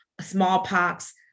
smallpox